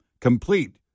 complete